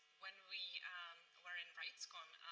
when we were in rightscon,